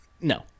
No